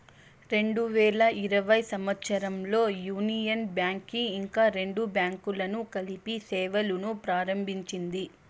రెండు వేల ఇరవై సంవచ్చరంలో యూనియన్ బ్యాంక్ కి ఇంకా రెండు బ్యాంకులను కలిపి సేవలును ప్రారంభించింది